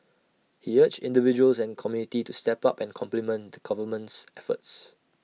he urged individuals and community to step up and complement the government's efforts